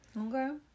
Okay